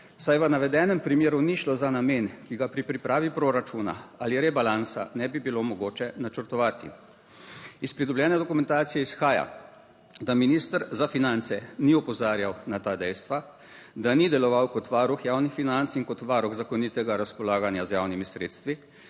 saj v navedenem primeru ni šlo za namen, ki ga pri pripravi proračuna ali rebalansa ne bi bilo mogoče načrtovati. Iz pridobljene dokumentacije izhaja, da minister za finance ni opozarjal na ta dejstva, da ni deloval kot varuh javnih financ in kot varuh zakonitega razpolaganja z javnimi sredstvi,